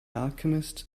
alchemist